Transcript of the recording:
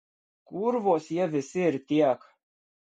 kurvos jie visi ir tiek